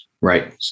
Right